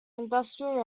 industrial